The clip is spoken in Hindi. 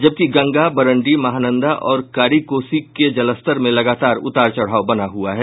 जबकि गंगा बरंडी महानंदा और कारी कोसी के जलस्तर में लगातार उतार चढ़ाव बना हुआ है